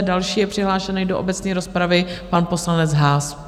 Další je přihlášený do obecné rozpravy pan poslanec Haas.